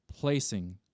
placing